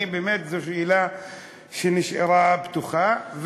כי זאת שאלה שנשארה פתוחה,